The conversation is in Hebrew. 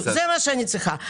זה מה שאני צריכה.